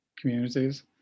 communities